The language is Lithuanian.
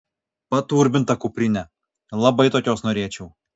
paturbinta kuprinė labai tokios norėčiau